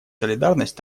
солидарность